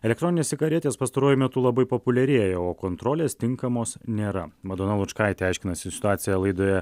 elektroninės cigaretės pastaruoju metu labai populiarėja o kontrolės tinkamos nėra madona lučkaitė aiškinasi situaciją laidoje